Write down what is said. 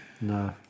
No